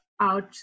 out